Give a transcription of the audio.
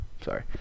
Sorry